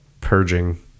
purging